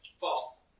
False